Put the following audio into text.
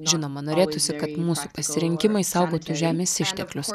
žinoma norėtųsi kad mūsų pasirinkimai saugotų žemės išteklius